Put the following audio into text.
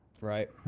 right